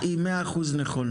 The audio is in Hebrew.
התפיסה שאת מציגה היא 100% נכונה.